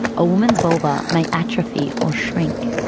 a woman's vulva may atrophy or shrink.